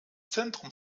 zentrum